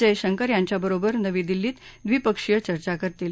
जयशंकर यांच्याबरोबर नवी दिल्लीत द्विपक्षीय चर्चा करतील